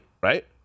right